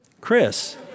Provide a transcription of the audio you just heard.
Chris